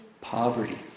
poverty